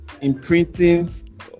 imprinting